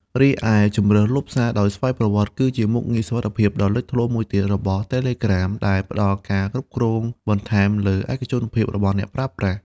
រីឯជម្រើសលុបសារដោយស្វ័យប្រវត្តិ គឺជាមុខងារសុវត្ថិភាពដ៏លេចធ្លោមួយទៀតរបស់ Telegram ដែលផ្ដល់ការគ្រប់គ្រងបន្ថែមលើឯកជនភាពរបស់អ្នកប្រើប្រាស់។